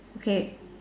okay